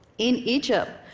in egypt,